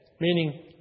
meaning